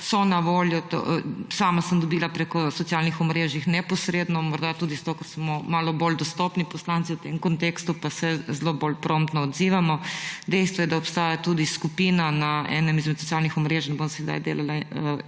pozivov. Sama sem jih dobila preko socialnih omrežij neposredno, mogoče tudi zato, ker smo malo bolj dostopni poslanci v tem kontekstu pa se zelo bolj promptno odzivamo. Dejstvo je, da obstaja tudi skupina na enem od socialnih omrežij, ki se imenuje